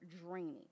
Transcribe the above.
draining